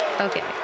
Okay